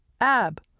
ab